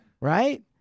Right